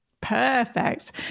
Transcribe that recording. Perfect